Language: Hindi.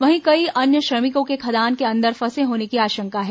वहीं कई अन्य श्रमिकों के खदान के अंदर फंसे होने की आशंका है